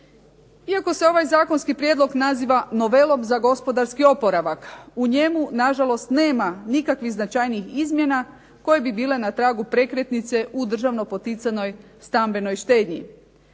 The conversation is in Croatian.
Iako se ovaj zakonski prijedlog naziva novelom za gospodarski oporavak u njemu nažalost nema nikakvih značajnijih izmjena koje bi bile na tragu prekretnice u državno poticanoj stambenoj štednji.